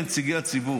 כנציגי הציבור,